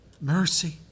Mercy